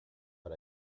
but